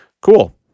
Cool